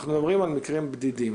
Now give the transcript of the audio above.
אנחנו מדברים על מקרים בדידים.